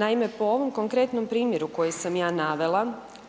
Naime, po ovom konkretnom primjeru koji sam ja navela,